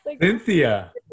Cynthia